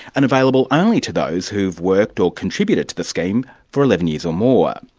and available only to those who've worked or contributed to the scheme for eleven years or more.